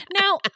Now